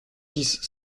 dix